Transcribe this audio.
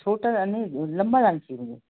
छोटा दाना नहीं लम्बा दाना चाहिए मुझे